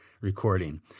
recording